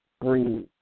Breathe